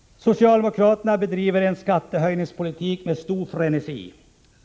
Socialdemokraterna bedriver en skattehöjningspolitik med stor frenesi.